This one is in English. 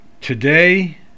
today